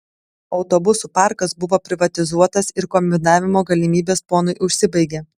autobusų parkas buvo privatizuotas ir kombinavimo galimybės ponui užsibaigė